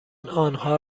آنها